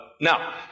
Now